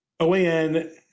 OAN